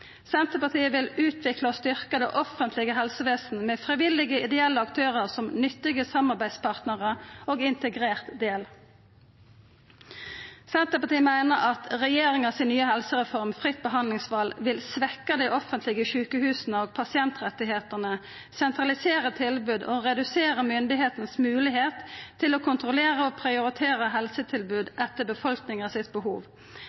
Senterpartiet vil utvikla og styrkja det offentlege helsevesenet, med frivillige, ideelle aktørar som nyttige samarbeidspartnarar og integrert del. Senterpartiet meiner at regjeringa si nye helsereform, fritt behandlingsval, vil svekkja dei offentlege sjukehusa og pasientrettane, sentralisera tilbod og redusera myndigheitene si moglegheit til å kontrollera og prioritera helsetilbod etter befolkninga sitt behov.